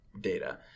data